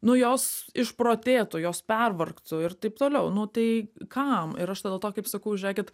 nu jos išprotėtų jos pervargtų ir taip toliau nu tai kam ir aš ta dėl to kaip sakau žiūrėkit